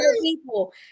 people